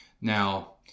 Now